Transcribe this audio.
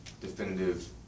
definitive